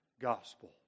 gospel